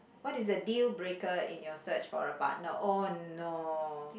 what is the deal breaker in your search for a partner oh no